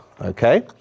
okay